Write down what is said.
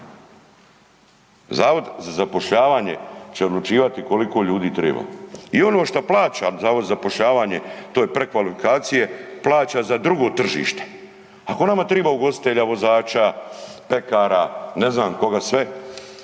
Zavod za zapošljavanje će odlučivati koliko ljudi triba. I ono šta plaćam zavodu za zapošljavanje, to je prekvalifikacije, plaća za drugo tržište. Ako nama triba ugostitelja, vozača, pekara, ne znam koga sve,